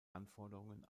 anforderungen